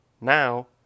now